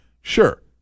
Sure